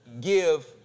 give